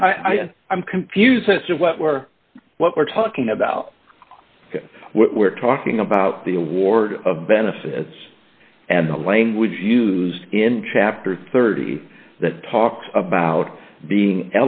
mean i'm confused as to what we're what we're talking about what we're talking about the award of benefits and the language used in chapter thirty that talks about being